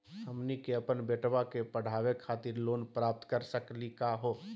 हमनी के अपन बेटवा क पढावे खातिर लोन प्राप्त कर सकली का हो?